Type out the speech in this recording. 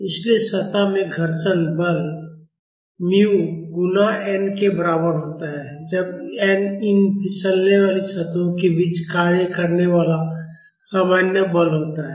इसलिए सतह में घर्षण बल muµ गुणा N के बराबर होता है जब N इन फिसलने वाली सतहों के बीच कार्य करने वाला सामान्य बल होता है